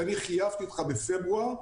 כפי שחייבתי אותך בפברואר,